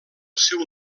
seu